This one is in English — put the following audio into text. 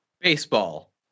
Baseball